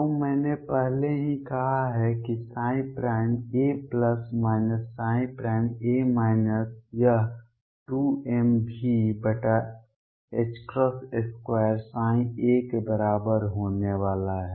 तो मैंने पहले ही कहा है कि a ψ यह 2mV2a के बराबर होने वाला है